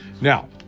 Now